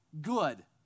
good